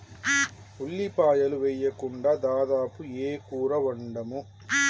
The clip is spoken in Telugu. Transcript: ఉల్లిపాయలు వేయకుండా దాదాపు ఏ కూర వండము